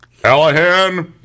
Allahan